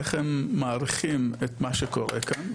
איך הם מעריכים את מה שקורה כאן,